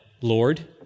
Lord